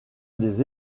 des